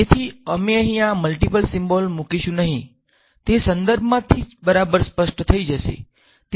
તેથી અમે અહીં આ મ્લ્ટીપલ સીમ્બોલ મુકીશું નહીં તે સંદર્ભમાંથી બરાબર સ્પષ્ટ થશે